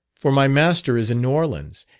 for my master is in new orleans,